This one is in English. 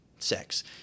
sex